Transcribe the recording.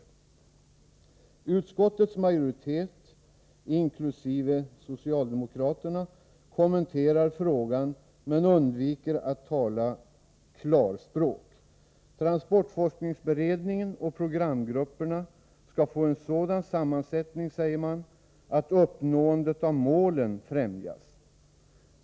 Utskottets majoritet inkl. socialdemokraterna kommenterar frågan men undviker att tala klarspråk. Transportforskningsberedningen och programgrupperna skall få en sådan sammansättning, säger man, att ”uppnåendet av målen främjas”.